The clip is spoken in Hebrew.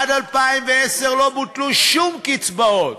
עד 2010 לא בוטלו שום קצבאות,